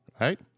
right